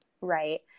Right